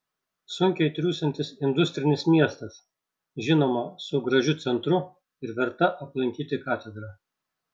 sunkiai triūsiantis industrinis miestas žinoma su gražiu centru ir verta aplankyti katedra